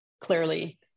clearly